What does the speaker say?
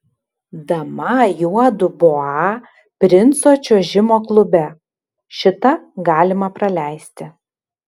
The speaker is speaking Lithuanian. dama juodu boa princo čiuožimo klube šitą galima praleisti